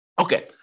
Okay